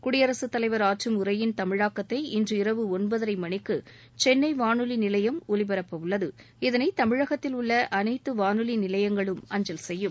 குடியரசுத்தலைவர் ஆற்றம் உரையின் தமிழாக்கத்தை இன்று இரவு ஒன்பதரை மணிக்கு சென்னை வானொலி நிலையம் ஒலிபரப்பவுள்ளது இதனை தமிழகத்தில் உள்ள அனைத்து வானொலி நிலையங்களும் அஞ்சல் செய்யும்